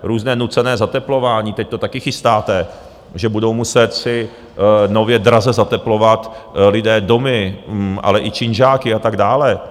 Různé nucené zateplování, teď to také chystáte, že si budou muset nově draze zateplovat lidé domy, ale i činžáky a tak dále.